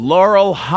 Laurel